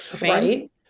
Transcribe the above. Right